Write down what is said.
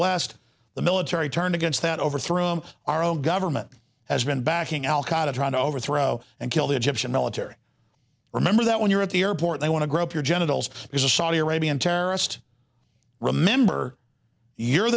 west the military turned against that overthrew him our own government has been backing al qaida trying to overthrow and kill the egyptian military remember that when you're at the airport they want to grope your genitals there's a saudi arabian terrorist remember you're